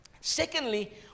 Secondly